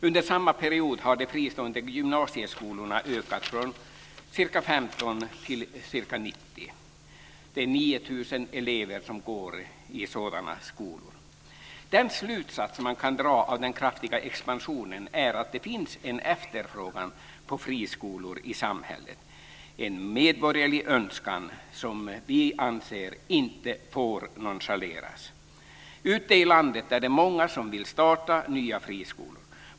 Under samma period har de fristående gymnasieskolorna ökat från ca 15 till ca 90. Det är Den slutsats som man kan dra av den kraftiga expansionen är att det finns en efterfrågan på friskolor i samhället. Det är en medborgerlig önskan som vi anser inte får nonchaleras. Ute i landet är det många som vill starta nya friskolor.